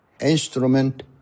instrument